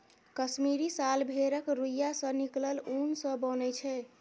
कश्मीरी साल भेड़क रोइयाँ सँ निकलल उन सँ बनय छै